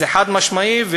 זה חד-משמעי,